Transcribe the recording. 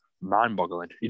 mind-boggling